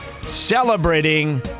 celebrating